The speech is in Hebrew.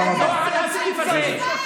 אין מצב שאמרו לך שאי-אפשר.